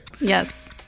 yes